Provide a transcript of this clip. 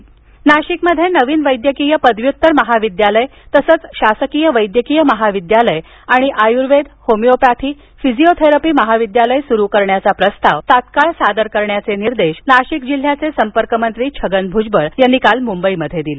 महाविद्यालय नाशिकमध्ये नवीन वैद्यकीय पदव्यूतर महाविद्यालय तसंच शासकीय वैद्यकीय महाविद्यालय आणि आयुर्वेद होमिओपॅथी फिजिओथेरपी महाविद्यालय सुरू करण्याचा प्रस्ताव तत्काळ सादर करण्याचे निदेश नाशिक जिल्ह्याचे संपर्कमंत्री छगन भूजबळ यांनी काल मुंबईत दिले